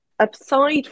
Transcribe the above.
Aside